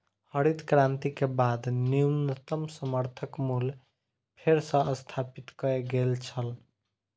हरित क्रांति के बाद न्यूनतम समर्थन मूल्य फेर सॅ स्थापित कय गेल छल